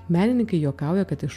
menininkai juokauja kad iš